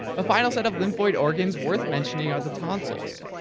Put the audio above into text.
a final set of lymphoid organs worth mentioning are the tonsils,